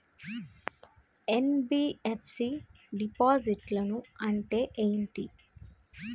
NBFC డిపాజిట్లను అంటే ఏంటి?